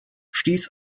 stiess